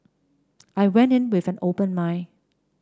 I went in with an open mind